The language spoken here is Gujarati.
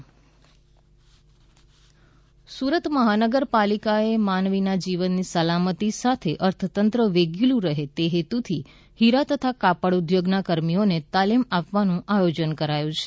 હીરા કાપડ સુરત સુરત મહાનગરપાલિકાએ માનવી જીવનની સલામતી સાથે અર્થતંત્ર વેગીલુ રહે તે હેતુથી હીરા તથા કાપડ ઉદ્યોગના કર્મીઓને તાલીમ આપવાનું આયોજન કરાયું છે